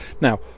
Now